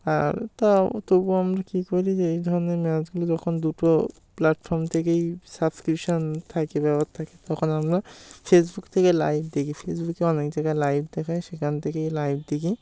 আর তাও তবুও আমরা কী করি যে এই ধরনের ম্যাচগুলো যখন দুটো প্ল্যাটফর্ম থেকেই সাবস্ক্রিপশন থাকে ব্যপার থাকে তখন আমরা ফেসবুক থেকে লাইভ দেখি ফেসবুকে অনেক জায়গায় লাইভ দেখায় সেখান থেকেই লাইভ দেখি